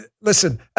listen